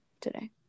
today